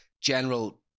general